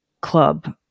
club